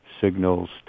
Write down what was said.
signals